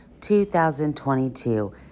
2022